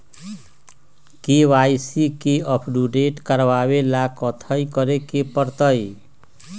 KYC के update करवावेला कथि करें के परतई?